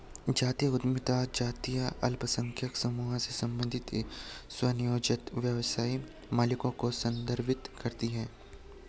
जातीय उद्यमिता जातीय अल्पसंख्यक समूहों से संबंधित स्वनियोजित व्यवसाय मालिकों को संदर्भित करती है